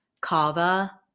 Kava